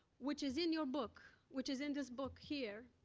which is in your book, which is in this book here.